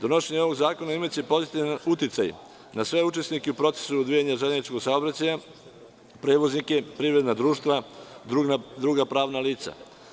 Donošenjem ovog zakona imaće pozitivan uticaj na sve učesnike u procesu odvijanja železničkog saobraćaja, prevoznike, privrednih društva, druga pravna lica.